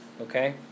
okay